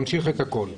ממשיך את הכול.